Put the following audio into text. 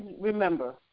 remember